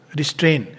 restrain